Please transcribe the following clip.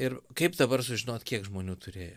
ir kaip dabar sužinot kiek žmonių turėjo